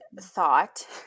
thought